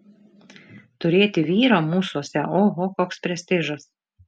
turėti vyrą mūsuose oho koks prestižas